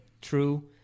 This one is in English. true